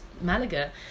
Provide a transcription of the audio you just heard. Malaga